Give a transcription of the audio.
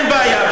אין בעיה,